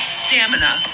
stamina